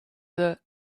the